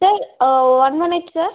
sir one minute sir